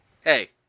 Hey